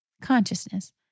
consciousness